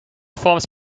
forms